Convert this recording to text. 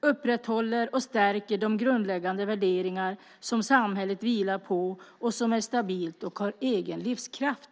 upprätthåller och stärker de grundläggande värderingar som samhället vilar på och är stabila och har egen livskraft.